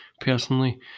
personally